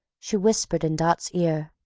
she whispered in dot's ear,